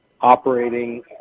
operating